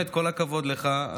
כל הכבוד לך,